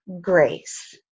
grace